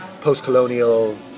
post-colonial